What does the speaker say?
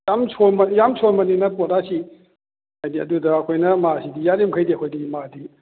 ꯌꯥꯝ ꯁꯣꯟꯕ ꯌꯥꯝ ꯁꯣꯟꯕꯅꯤꯅ ꯄꯣꯠ ꯑꯁꯤ ꯍꯥꯏꯗꯤ ꯑꯗꯨꯗ ꯑꯩꯈꯣꯏꯅ ꯃꯥꯁꯤꯗꯤ ꯌꯥꯔꯤꯝꯈꯩꯗꯤ ꯑꯩꯈꯣꯏꯗꯤ ꯃꯥꯗꯤ